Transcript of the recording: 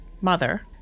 mother